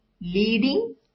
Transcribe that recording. leading